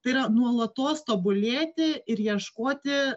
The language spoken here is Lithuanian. tai yra nuolatos tobulėti ir ieškoti